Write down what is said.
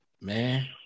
Man